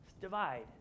divide